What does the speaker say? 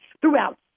Throughout